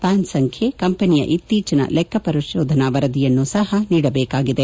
PAN ಸಂಖ್ಯೆ ಕಂಪನಿಯ ಇತ್ತೀಚಿನ ಲೆಕ್ಕಪರಿಶೋಧನ ವರದಿಯನ್ನೂ ಸಹ ನೀಡಬೇಕಾಗಿದೆ